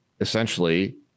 essentially